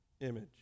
image